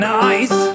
nice